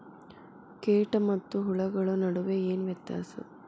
ಕೇಟ ಮತ್ತು ಹುಳುಗಳ ನಡುವೆ ಏನ್ ವ್ಯತ್ಯಾಸ?